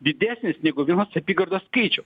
didesnis negu vienos apygardos skaičius